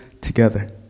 together